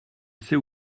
sais